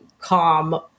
calm